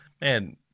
man –